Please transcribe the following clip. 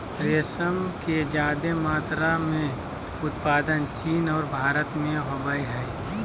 रेशम के ज्यादे मात्रा में उत्पादन चीन और भारत में होबय हइ